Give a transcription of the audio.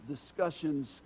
discussions